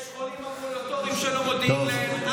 יש חולים אמבולטוריים שלא מודיעים להם.